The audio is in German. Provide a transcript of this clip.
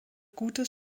gutes